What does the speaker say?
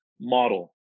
model